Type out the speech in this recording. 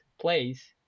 place